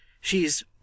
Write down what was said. She's